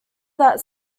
that